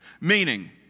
Meaning